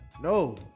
No